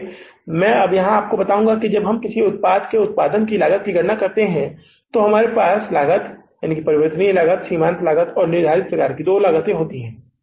इसलिए अब मैं यहाँ आपको बताऊंगा कि जब हम किसी उत्पाद के उत्पादन की लागत की गणना करते हैं तो हमारे पास लागत परिवर्तनीय लागत सीमांत लागत और निर्धारित लागत दो प्रकार होते हैं